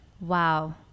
wow